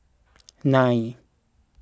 nine